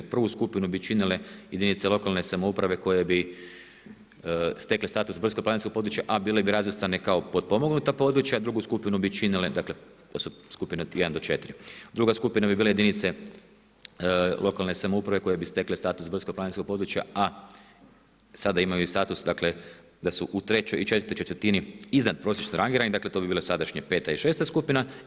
Prvu skupinu bi činile jedinice lokalne samouprave koje bi stekle status brdsko-planinskog područja a bile bi razvrstane kao potpomognuta područja, drugu skupinu bi činile dakle to su skupine od 1-4, druga skupina bi bile jedinice lokalne samouprave koje bi stekle status brdsko-planinskog područja a sada imaju status, dakle da su u trećoj i četvrtoj četvrtini iznadprosječno rangirane, dakle to bi bile sadašnje 5. i 6. skupina.